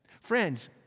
Friends